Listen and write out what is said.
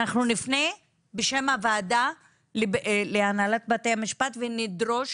אנחנו נפנה בשם הוועדה להנהלת בתי המשפט ונדרוש